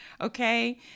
okay